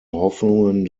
hoffnungen